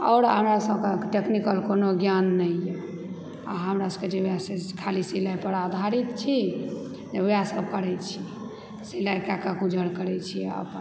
आओर हमरासभकेँ टेक्निकल कोनो ज्ञान नहि यऽ आ हमरा सभकेँ जे वएह खाली सिलाइपर आधारित छी जे वएहसभ करै छी सिलाइ कएकऽ गुजर करैत छी आ अपन